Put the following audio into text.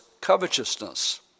covetousness